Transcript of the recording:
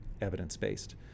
evidence-based